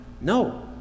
No